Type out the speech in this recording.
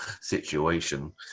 situation